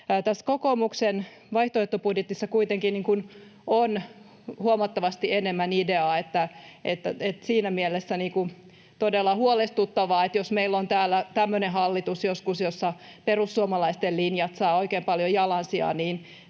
Tässä kokoomuksen vaihtoehtobudjetissa kuitenkin on huomattavasti enemmän ideaa. Siinä mielessä todella huolestuttavaa, että jos meillä on täällä joskus tämmöinen hallitus, jossa perussuomalaisten linjat saavat oikein paljon jalansijaa,